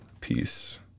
peace